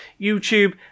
YouTube